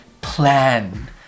plan